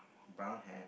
brown hair